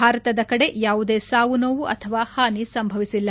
ಭಾರತದ ಕಡೆ ಯಾವುದೇ ಸಾವು ನೋವು ಅಥವಾ ಹಾನಿ ಸಂಭವಿಸಿಲ್ಲ